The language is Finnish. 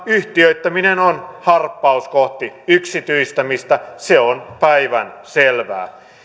yhtiöittäminen on harppaus kohti yksityistämistä se on päivänselvää